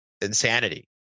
insanity